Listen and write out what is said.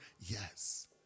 Yes